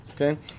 Okay